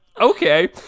okay